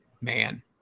man